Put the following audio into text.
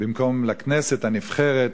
במקום לכנסת הנבחרת,